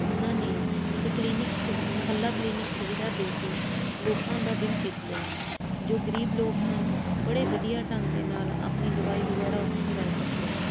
ਉਹਨਾਂ ਨੇ ਇੱਕ ਕਲੀਨਿਕ ਸਿਵਲ ਮੁਹੱਲਾ ਕਲੀਨਿਕ ਸੁਵਿਧਾ ਦੇ ਕੇ ਲੋਕਾਂ ਦਾ ਦਿਲ ਜਿੱਤ ਲਿਆ ਹੈ ਜੋ ਗਰੀਬ ਲੋਕ ਹਨ ਬੜੇ ਵਧੀਆ ਢੰਗ ਦੇ ਨਾਲ ਆਪਣੀ ਦਵਾਈ ਵਗੈਰਾ ਉੱਥੋਂ ਲੈ ਸਕਦੇ ਹਨ